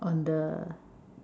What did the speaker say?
on the